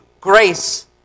grace